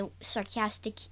sarcastic